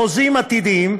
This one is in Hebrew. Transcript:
בחוזים עתידיים,